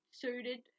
suited